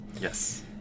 Yes